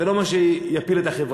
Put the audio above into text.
זה לא מה שיפיל את החברה.